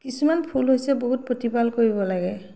কিছুমান ফুল হৈছে বহুত প্ৰতিপাল কৰিব লাগে